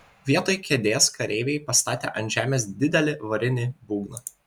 vietoj kėdės kareiviai pastatė ant žemės didelį varinį būgną